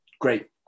Great